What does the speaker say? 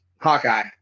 hawkeye